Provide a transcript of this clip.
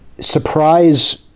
surprise